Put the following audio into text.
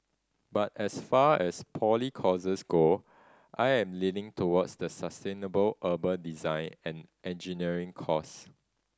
but as far as poly courses go I am leaning towards the sustainable urban design and engineering course